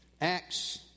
Acts